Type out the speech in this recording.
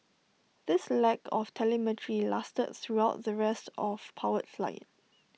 this lack of telemetry lasted throughout the rest of powered flight